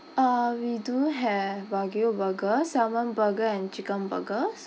uh we do have wagyu burger salmon burger and chicken burgers